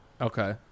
Okay